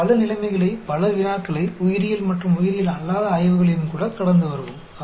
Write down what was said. நாம் பல நிலைமைகளை பல வினாக்களை உயிரியல் மற்றும் உயிரியல் அல்லாத ஆய்வுகளையும் கூட கடந்து வருவோம்